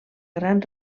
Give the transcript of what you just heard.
gran